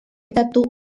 katu